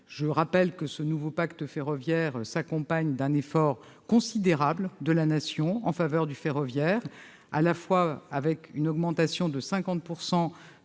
Je rappelle que ce nouveau pacte ferroviaire s'accompagne d'un effort considérable de la Nation en faveur du ferroviaire, avec une augmentation de 50